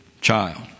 child